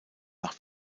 nach